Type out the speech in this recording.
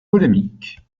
polémiques